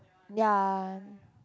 ya